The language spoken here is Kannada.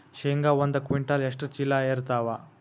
ಶೇಂಗಾ ಒಂದ ಕ್ವಿಂಟಾಲ್ ಎಷ್ಟ ಚೀಲ ಎರತ್ತಾವಾ?